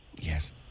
Yes